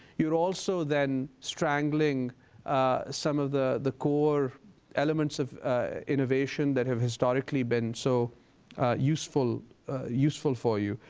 you're also then strangling some of the the core elements of innovation that have historically been so useful useful for you.